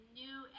new